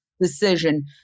decision